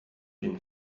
been